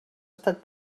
estat